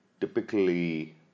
typically